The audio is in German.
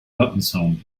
lattenzaun